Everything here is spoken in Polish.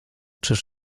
czyż